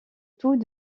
tout